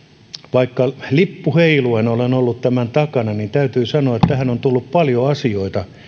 vaikka lippu heiluen olen ollut tämän takana niin täytyy sanoa että tähän on tullut paljon asioita